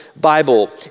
Bible